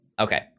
Okay